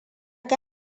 ga